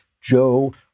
Joe